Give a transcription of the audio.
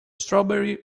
strawberry